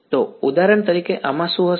તો ઉદાહરણ તરીકે આમાં શું હશે